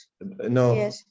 no